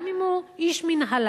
גם אם הוא איש מינהלה,